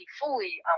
fully